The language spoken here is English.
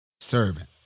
servant